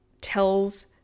tells